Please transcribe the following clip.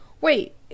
Wait